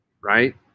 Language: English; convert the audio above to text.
Right